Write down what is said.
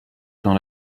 dans